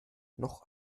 noch